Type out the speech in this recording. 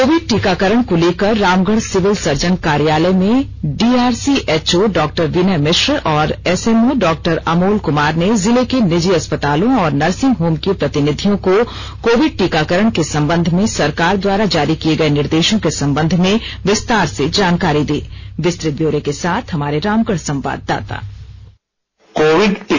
Covid टीकाकरण को लेकर रामगढ़ सिविल सर्जन कार्यालय में डीआरसीएचओ डॉ बिनय मिश्र और एसएमओ डॉक्टर अमोल कुमार ने जिले के निजी अस्पतालों और नर्सिंग होम के प्रतिनिधियों को कोविड टीकाकरण के संबंध में सरकार द्वारा जारी किए गए निर्देशों के संबंध में विस्तार से जानकारी दी